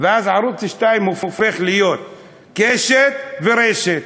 ואז ערוץ 2 הופך להיות "קשת" ו"רשת",